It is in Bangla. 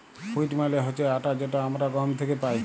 হুইট মালে হছে আটা যেট আমরা গহম থ্যাকে পাই